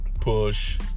push